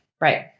Right